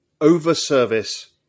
over-service